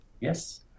Yes